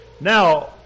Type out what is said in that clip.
Now